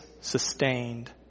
sustained